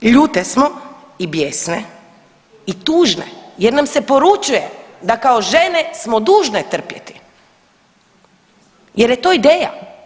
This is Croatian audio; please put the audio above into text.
Ljute smo i bijesne i tužne jer nam se poručuje da kao žene smo dužne trpjeti, jer je to ideja.